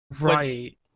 Right